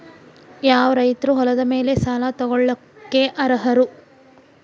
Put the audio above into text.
ಯಾವ ರೈತರು ಹೊಲದ ಮೇಲೆ ಸಾಲ ತಗೊಳ್ಳೋಕೆ ಅರ್ಹರು?